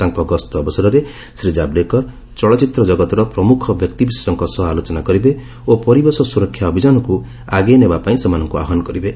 ତାଙ୍କ ଗସ୍ତ ଅବସରରେ ଶ୍ରୀ ଜାବ୍ଡେକର ଚଳଚ୍ଚିତ୍ର କଗତର ପ୍ରମୁଖ ବ୍ୟକ୍ତିବିଶେଷଙ୍କ ସହ ଆଲୋଚନା କରିବେ ଓ ପରିବେଶ ସ୍ୱରକ୍ଷା ଅଭିଯାନକୁ ଆଗେଇ ନେବାପାଇଁ ସେମାନଙ୍କୁ ଆହ୍ୱାନ କରିବେ